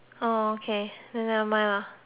oh okay then nevermind lah